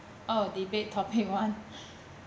uh debate topic one